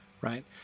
Right